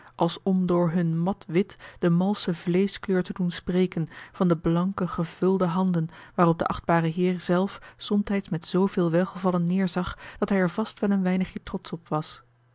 als om door hun mat wit de malsche vleeschkleur te doen spreken van de blanke gevulde handen waarop de achtbare heer zelf somtijds met zooveel welgevallen neêrzag dat hij er vast wel een weinigje trotsch op was